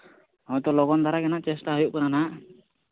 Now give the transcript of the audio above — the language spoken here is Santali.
ᱦᱳᱭ ᱛᱚ ᱞᱚᱜᱚᱱ ᱫᱷᱟᱨᱟ ᱜᱮ ᱱᱟᱦᱟᱸᱜ ᱪᱮᱥᱴᱟᱭ ᱦᱩᱴᱩᱜ ᱠᱟᱱᱟ ᱱᱟᱦᱟᱸᱜ